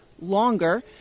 longer